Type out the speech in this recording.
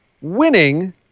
winning